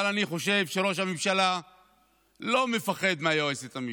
אבל אני חושב שראש הממשלה לא מפחד מהיועצת המשפטית,